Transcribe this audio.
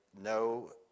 no